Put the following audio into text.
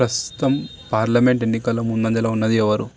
ప్రస్తుతం పార్లమెంట్ ఎన్నికలో ముందంజలో ఉన్నది ఎవరు